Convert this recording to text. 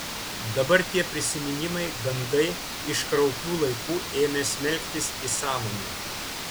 dabar tie prisiminimai gandai iš kraupių laikų ėmė smelktis į sąmonę